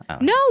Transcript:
no